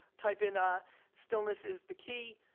type in ah stillness is the key.